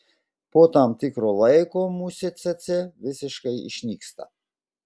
po tam tikro laiko musė cėcė visiškai išnyksta